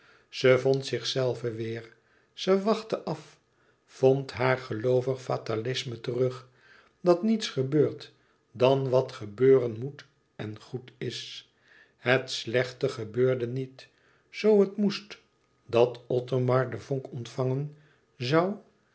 ze vond zichzelve weêr ze wachtte af vond haar geloovig fatalisme terug dat niets gebeurt dan wat gebeuren moet en goed is het slechte gebeurde niet zoo het moest dat othomar de vonk ontvangen zoû